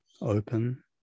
open